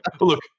Look